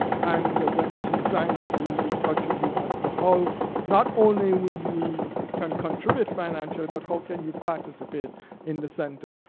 and when you sign up, we'll be in touch with you as to how not only will you can contribute financially but how can you participate in the center.